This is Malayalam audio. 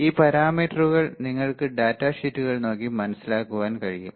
ഈ പരാമീറ്റുകൾ നിങ്ങൾക്ക് ഡാറ്റ ഷീറ്റുകൾ നോക്കി മനസ്സിലാക്കുവാൻ കഴിയും